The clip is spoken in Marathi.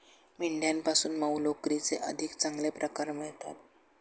मेंढ्यांपासून मऊ लोकरीचे अधिक चांगले प्रकार मिळतात